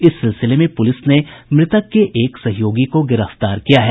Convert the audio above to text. इस सिलसिले में पुलिस ने मृतक के एक सहयोगी को गिरफ्तार किया है